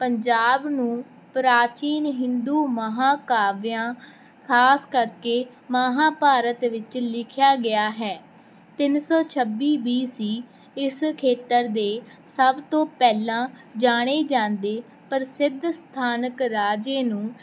ਪੰਜਾਬ ਨੂੰ ਪ੍ਰਾਚੀਨ ਹਿੰਦੂ ਮਹਾਂਕਾਵਿਆਂ ਖਾਸ ਕਰਕੇ ਮਹਾਭਾਰਤ ਵਿੱਚ ਲਿਖਿਆ ਗਿਆ ਹੈ ਤਿੰਨ ਸੌ ਛੱਬੀ ਬੀ ਸੀ ਇਸ ਖੇਤਰ ਦੇ ਸਭ ਤੋਂ ਪਹਿਲਾਂ ਜਾਣੇ ਜਾਂਦੇ ਪ੍ਰਸਿੱਧ ਸਥਾਨਕ ਰਾਜੇ ਨੂੰ